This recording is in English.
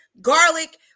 garlic